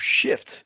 shift